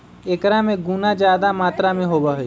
एकरा में गुना जादा मात्रा में होबा हई